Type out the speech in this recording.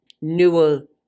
newer